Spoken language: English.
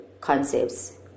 concepts